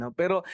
pero